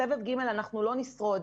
בסבב ג' אנחנו לא נשרוד.